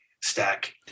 stack